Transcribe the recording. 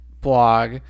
blog